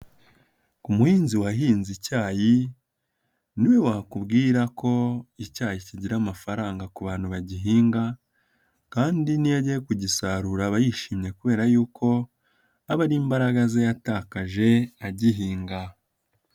Ku muhinzi wahinze icyayi ni we wakubwira ko icyayi kigira amafaranga ku bantu bagihinga, kandi niyo agiye kugisarura aba yishimye kubera yuko aba ari imbaraga ze yatakaje agihinga.